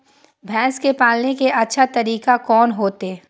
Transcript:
भैंस के पाले के अच्छा तरीका कोन होते?